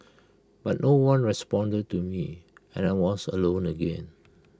but no one responded to me and I was alone again